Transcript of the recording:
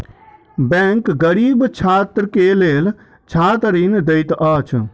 bank गरीब छात्र के लेल छात्र ऋण दैत अछि